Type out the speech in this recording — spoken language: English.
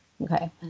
okay